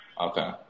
Okay